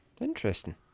Interesting